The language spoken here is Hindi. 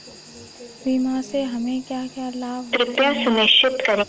बीमा से हमे क्या क्या लाभ होते हैं?